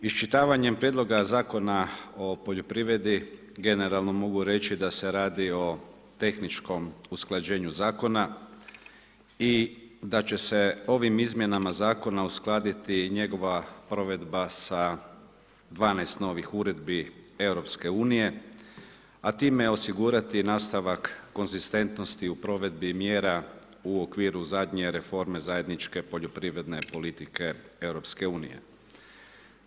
Iščitavanjem Prijedloga Zakona o poljoprivredi, generalno mogu reći da se radi o tehničkom usklađenju zakona i da će se ovim Izmjenama zakona uskladiti njegova provedba sa 12 novih uredbi EU-a a time osigurati i nastavak konzistentnosti u provedbi mjera u okviru zadnje reforme zajedničke poljoprivredne politike EU-a.